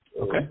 Okay